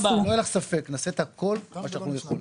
את כל מה שאנחנו יכולים.